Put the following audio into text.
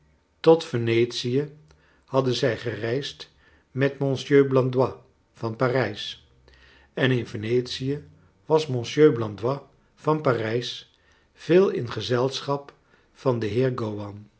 tot venetie hadden zij gereisd met monsieur blandois van parijs en in venetie was monsieur blandois van parijs veel in gezelschap van den heer